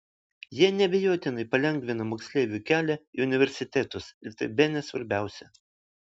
jie neabejotinai palengvina moksleivių kelią į universitetus ir tai bene svarbiausia